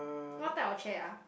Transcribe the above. what type of chair ah